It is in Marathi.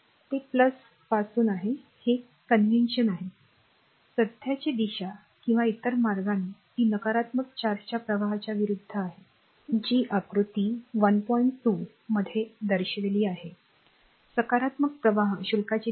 ते पासून आहे हे कन्वेंशन आहे सध्याची दिशा किंवा इतर मार्गाने ती नकारात्मक चार्जच्या प्रवाहाच्या विरुद्ध आहे हा नकारात्मक शुल्काचा प्रवाह आहे तो आहे तर ते दुसर्या मार्गाने पुढे जात आहे